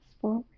forward